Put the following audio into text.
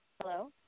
Hello